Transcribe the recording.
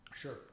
Sure